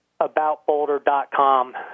aboutboulder.com